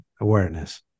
awareness